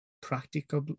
Practically